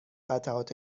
قطعات